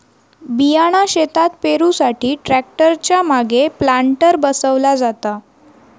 बियाणा शेतात पेरुसाठी ट्रॅक्टर च्या मागे प्लांटर बसवला जाता